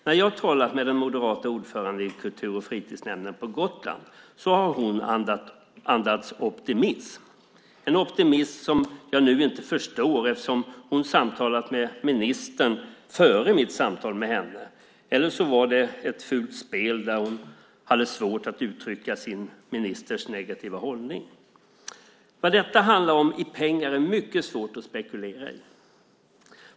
När jag talade med den moderata ordföranden i kultur och fritidsnämnden på Gotland andades hon optimism, en optimism som jag nu inte förstår, eftersom hon samtalat med ministern före mitt samtal med henne. Eller så var det ett fult spel, där hon hade svårt att uttrycka sin ministers negativa hållning. Vad detta handlar om i pengar är mycket svårt att spekulera i.